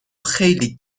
خیلی